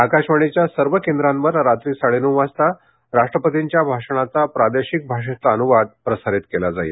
आकाशवाणीच्या सर्व केंद्रांवर रात्री साडे नऊ वाजता राष्ट्रपतींच्या भाषणाचा प्रादेशिक भाषेतील अनुवाद प्रसारित केला जाईल